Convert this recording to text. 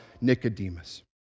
Nicodemus